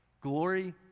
glory